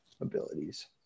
abilities